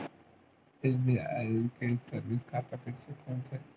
SBI के saving खाता कइसे खोलथे?